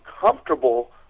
comfortable